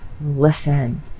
listen